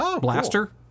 blaster